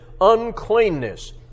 uncleanness